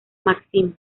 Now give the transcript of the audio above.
maxim